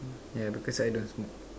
yeah because I don't smoke